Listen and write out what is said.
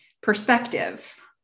perspective